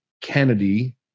Kennedy